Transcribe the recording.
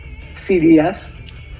CDS